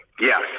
Yes